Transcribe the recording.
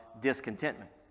discontentment